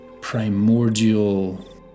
primordial